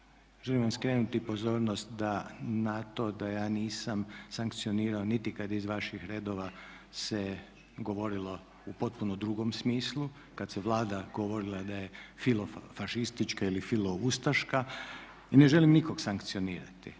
želim vam skrenuti pozornost na to da ja nisam sankcionirao niti kad je iz vaših redova govorilo u potpuno drugom smislu, kad se Vlada govorila da je filo fašistička ili filo ustaška i ne želim nikog sankcionirati.